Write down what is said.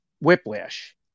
Whiplash